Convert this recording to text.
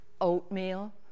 Oatmeal